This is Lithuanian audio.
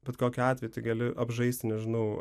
bet kokiu atveju tai gali apžaisti nežinau